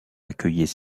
accueillait